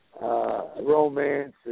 romance